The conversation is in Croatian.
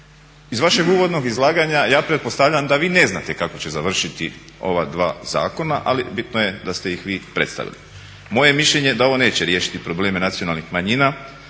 Iz vašeg uvodnog izlaganja ja pretpostavljam da vi ne znate kako će završiti ova dva zakona, ali bitno je da ste ih vi predstavili. Moje je mišljenje da ovo neće riješiti probleme nacionalnih manjina